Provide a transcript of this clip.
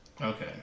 Okay